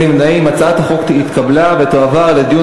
הצעת החוק התקבלה ותועבר לדיון